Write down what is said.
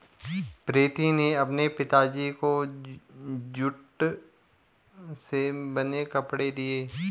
प्रीति ने अपने पिताजी को जूट से बने कपड़े दिए